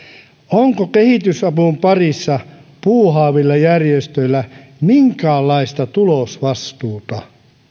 onko kehitysavun parissa puuhaavilla järjestöillä minkäänlaista tulosvastuuta